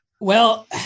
Well-